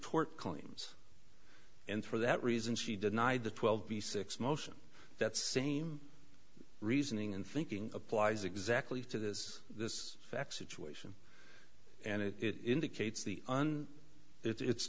tort claims and for that reason she denied the twelve b six motion that same reasoning and thinking applies exactly to this this fax a choice and and it indicates the un it's